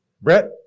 Brett